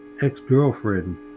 ex-girlfriend